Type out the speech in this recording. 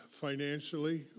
financially